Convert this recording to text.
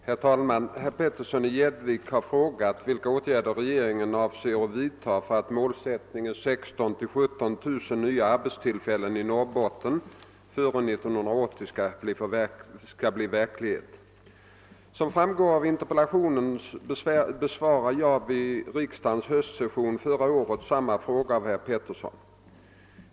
Herr talman! Herr Petersson i Gäddvik har frågat vilka åtgärder regeringen avser att vidta för att målsättningen 16 000—17 000 nya arbetstillfällen i Norrbotten före 1980 skall bli verklighet. Som framgår av interpellationen besvarade jag vid riksdagens höstsession förra året samma fråga av herr Petersson.